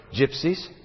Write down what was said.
gypsies